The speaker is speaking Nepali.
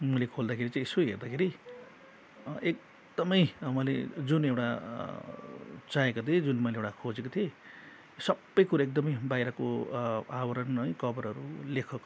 मेले खोल्दाखेरि चाहिँ यसो हेर्दाखेरि एकदमै मैले जुन एउटा चाहेको थिएँ जुन मैले एउटा खोजेको थिएँ सबै कुरा एकदमै बाहिरको आवरण है कभरहरू लेखकहरू